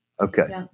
Okay